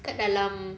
kat dalam